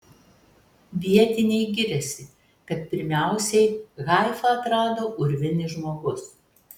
vietiniai giriasi kad pirmiausiai haifą atrado urvinis žmogus